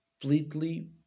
completely